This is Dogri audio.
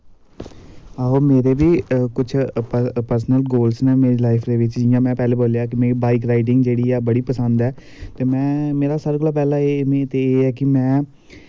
मेरे बी कुछ परसनल गोलस न मेरी लाइफ दे बिच्च जियां में पैह्लैं बोल्लेआ कि मिगी बाइक रॉईडिंग जेह्ड़ा ऐ बड़ी पसंद ऐ ते में मेरे सारें कोला पैह्ला एह् ऐ कि मैं त